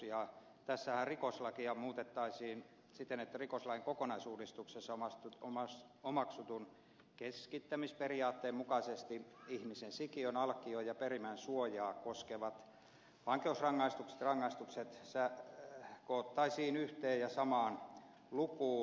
tässähän rikoslakia muutettaisiin siten että rikoslain kokonaisuudistuksessa omaksutun keskittämisperiaatteen mukaisesti ihmisen sikiön alkion ja perimän suojaa koskevat vankeusrangaistukset koottaisiin yhteen ja samaan lukuun